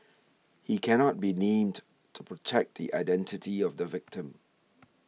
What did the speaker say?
he cannot be named to protect the identity of the victim